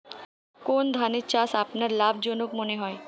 কোন ধানের চাষ আপনার লাভজনক মনে হয়?